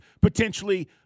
potentially